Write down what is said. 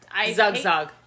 Zugzug